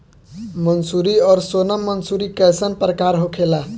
मंसूरी और सोनम मंसूरी कैसन प्रकार होखे ला?